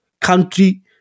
country